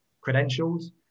credentials